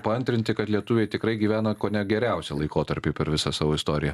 paantrinti kad lietuviai tikrai gyvena kone geriausią laikotarpį per visą savo istoriją